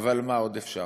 אבל מה עוד אפשר.